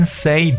say